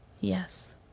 Yes